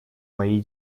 моей